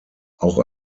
auch